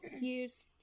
use